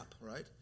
right